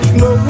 no